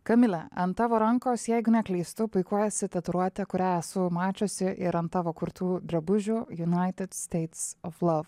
kamile ant tavo rankos jeigu neklystu puikuojasi tatuiruotė kurią esu mačiusi ir ant tavo kurtų drabužių united states of love